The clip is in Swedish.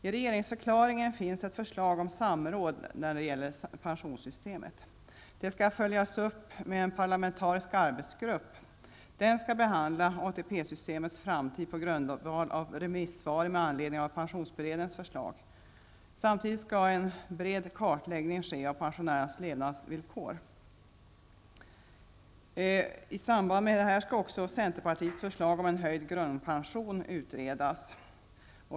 I regeringsförklaringen finns ett förslag om samråd när det gäller pensionssystemet. Detta skall följas upp med en parlamentarisk arbetsgrupp. Den skall behandla ATP-systemets framtid på grundval av remissvaren med anledning av pensionsberedningens förslag. Samtidigt skall en bred kartläggning ske av pensionärernas levnadsvillkor. I samband härmed skall centerpartiets förslag om en höjd grundpension utredas.